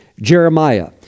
Jeremiah